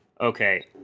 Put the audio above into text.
Okay